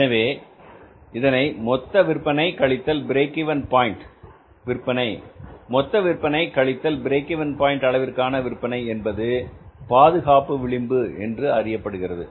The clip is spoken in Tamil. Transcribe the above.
எனவே இதனை மொத்தவிற்பனை கழித்தல் பிரேக் இவென் பாயின்ட் விற்பனை மொத்தவிற்பனை கழித்தல் பிரேக்கிங் பாயின்ட் அளவிலான விற்பனை என்பது பாதுகாப்பு விளிம்பு என்று அறியப்படுகிறது